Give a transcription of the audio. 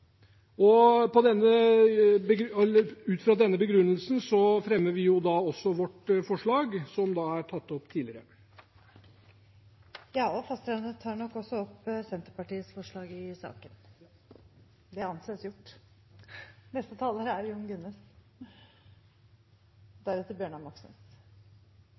Ut fra denne begrunnelsen fremmer vi også et forslag sammen med Arbeiderpartiet og SV, som er tatt opp tidligere. Representanten Fasteraune tar nok også opp Senterpartiets forslag i saken? Ja. Representanten Bengt Fasteraune har tatt opp det